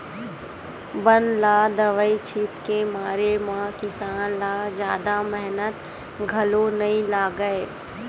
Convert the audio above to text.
बन ल दवई छित के मारे म किसान ल जादा मेहनत घलो नइ लागय